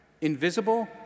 Invisible